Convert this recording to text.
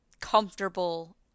comfortable